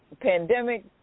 Pandemic